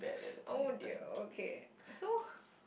oh dear okay so